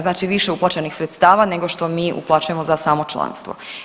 Znači više uplaćenih sredstava nego što mi uplaćujemo za samo članstvo.